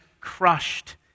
crushed